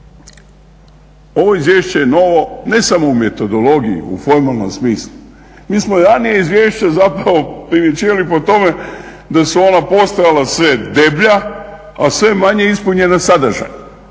ovo izvješće je novo, ne samo u metodologiji, u formalnom smislu, mi smo ranije izvješće zapravo primjećivali po tome da su ona postojala sve deblja a sve manje ispunjena sadržajem.